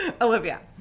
Olivia